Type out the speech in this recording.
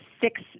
six